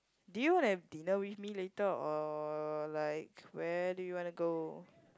do you have dinner with me later or like where do you want to go